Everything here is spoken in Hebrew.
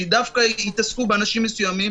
שדווקא יתעסקו באנשים מסוימים.